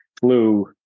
flu